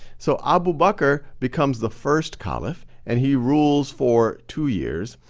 so, abu bakr becomes the first caliph, and he rules for two years.